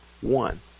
One